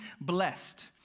blessed